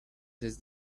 says